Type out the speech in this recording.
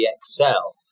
excel